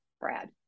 Brad